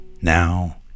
Now